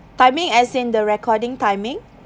timing as in the recording timing